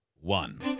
one